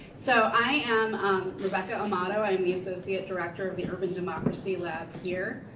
so i am rebecca amato, i'm the associate director of the urban democracy lab here.